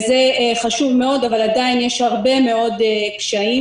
זה חשוב מאוד אבל עדיין יש הרבה מאוד קשיים.